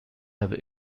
have